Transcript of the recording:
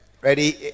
ready